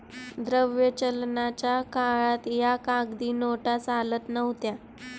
द्रव्य चलनाच्या काळात या कागदी नोटा चालत नव्हत्या